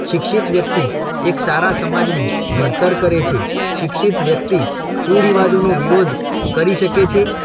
શિક્ષિત વ્યક્તિ એક સારા સમાજનું ઘડતર કરે છે શિક્ષિત વ્યક્તિ કુરિવાજોનો વિરોધ કરી શકે છે